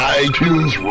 itunes